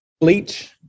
Bleach